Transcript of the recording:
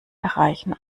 erreichen